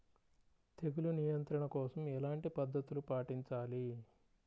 తెగులు నియంత్రణ కోసం ఎలాంటి పద్ధతులు పాటించాలి?